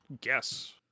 guess